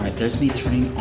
like there's me turning